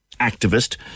activist